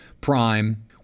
prime